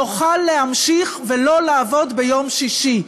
יוכל להמשיך ולא לעבוד ביום שישי.